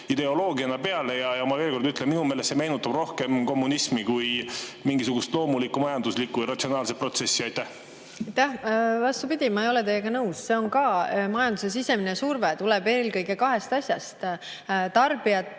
ideoloogiana peale. Ma veel kord ütlen, et minu meelest see meenutab rohkem kommunismi kui mingisugust loomulikku majanduslikku ja ratsionaalset protsessi. Aitäh! Vastupidi. Ma ei ole teiega nõus. See on ka majanduse sisemine surve ja tuleneb eelkõige kahest asjast: tarbijate